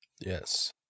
Yes